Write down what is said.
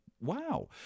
wow